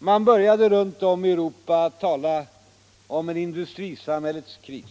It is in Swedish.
Man började runt om i Europa tala om en industrisamhällets kris.